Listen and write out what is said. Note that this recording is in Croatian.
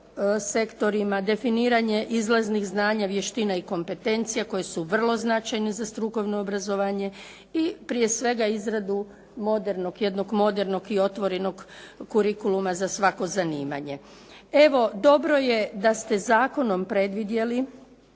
sektorima, definiranje izlaznih znanja, vještina i kompetencija koje su vrlo značajne za strukovno obrazovanje i prije svega izradu jednog modernog i otvorenog kurikuluma za svako zanimanje. Evo, dobro je da ste zakonom predvidjeli